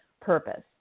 purpose